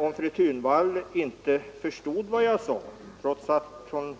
Om fru Thunvall inte förstod mitt resonemang, trots att jag